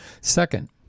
Second